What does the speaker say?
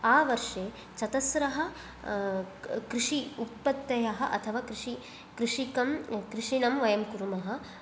आवर्षे चतस्रः कृषि उत्पत्तयः अथवा कृषि कृषिकं कृषिनं वयं कुर्मः